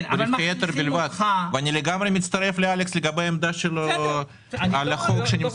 אני מצטרף לעמדה של אלכס בנוגע לחוק שנמצא